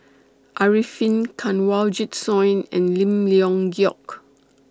Arifin Kanwaljit Soin and Lim Leong Geok